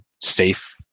safe